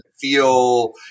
feel